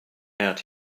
out